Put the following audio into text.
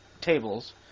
tables